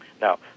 Now